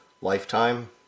lifetime